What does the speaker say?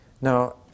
Now